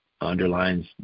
underlines